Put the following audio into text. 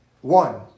one